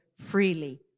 freely